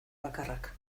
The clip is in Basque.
bakarrak